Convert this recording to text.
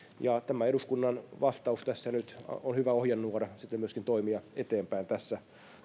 ja tämä eduskunnan vastaus on nyt hyvä ohjenuora sitten myöskin toimia ja mennä eteenpäin tässä